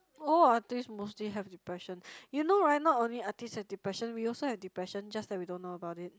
all artist mostly have depression you know [right] not only artist have depression we also have depression just that we don't know about it